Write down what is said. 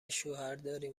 شوهرداریم